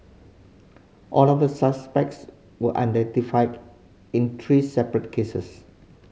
all of the suspects were identified in three separate cases